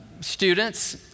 students